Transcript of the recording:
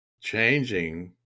changing